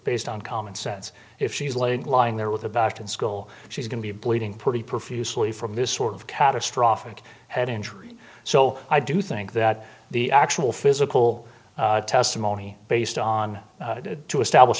based on common sense if she was late lying there with about in school she's going to be bleeding pretty profusely from this sort of catastrophic head injury so i do think that the actual physical testimony based on to establish